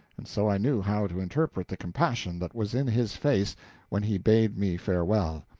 and so i knew how to interpret the compassion that was in his face when he bade me farewell.